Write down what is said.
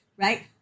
right